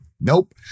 Nope